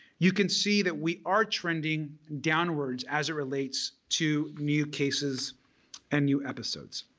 you can see that we are trending downwards as it relates to new cases and new episodes.